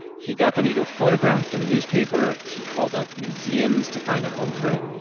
he got the needle photographed in the newspaper. he called up museums to find a home for it.